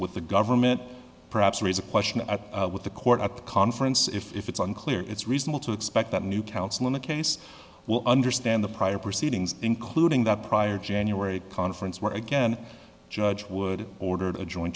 with the government perhaps raise a question at with the court at the conference if it's unclear it's reasonable to expect that new counsel in the case will understand the prior proceedings including that prior january conference where again judge would ordered a join